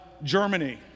Germany